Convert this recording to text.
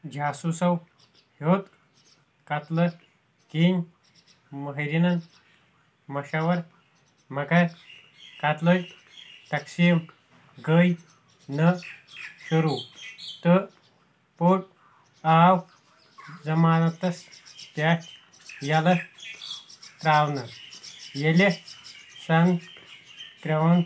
جاسوٗسو ہیوٚت قتلہٕ کِنۍ مٲہِریٖنن مشوَرٕ مگر قتلٕچ تقسیٖم گٔے نہٕ شروٗع تہٕ پوٚٹ آو ضمانتس پٮ۪ٹھ یَلہٕ ترٛاونہٕ ییٚلہِ زن کرٛاوُن